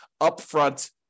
upfront